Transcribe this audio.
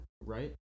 Right